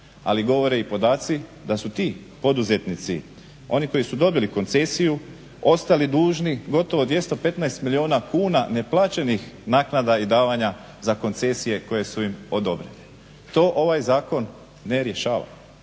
ali govore i podaci da su ti poduzetnici oni koji su dobili koncesiju ostali dužni gotovo 215 milijuna kuna neplaćenih naknada i davanja za koncesije koje su im odobrene. To ovaj zakon ne rješava